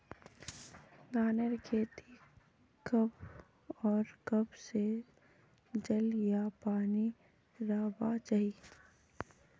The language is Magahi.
धानेर खेतीत कब आर कब से जल या पानी रहबा चही?